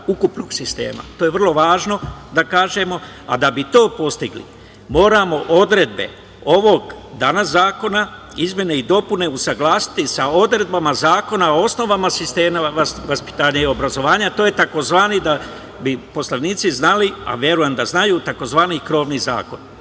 To je vrlo važno, da kažemo, a da bi to postigli, moramo odredbe ovog danas zakona i izmene i dopune usaglasiti sa odredbama zakona o osnovama sistema vaspitanja i obrazovanja, a to je tzv. da bi poslanici znali, a verujem da znaju, tzv. krovni zakon. Tu